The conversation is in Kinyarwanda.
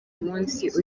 munsi